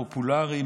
פופולרי,